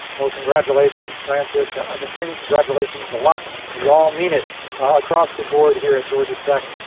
well, congratulations, francis. i've been saying congratulations a lot and um we all mean it across the board here at georgia tech.